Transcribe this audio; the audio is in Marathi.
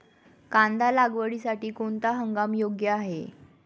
कांदा लागवडीसाठी कोणता हंगाम योग्य आहे?